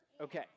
Okay